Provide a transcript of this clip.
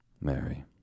Mary